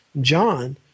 John